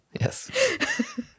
Yes